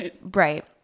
Right